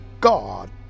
God